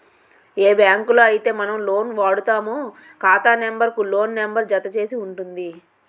ఏ బ్యాంకులో అయితే మనం లోన్ వాడుతామో ఖాతా నెంబర్ కు లోన్ నెంబర్ జత చేసి ఉంటుంది